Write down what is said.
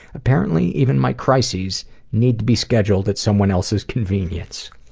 apparently even my crisis need to be scheduled at someone else's convenience.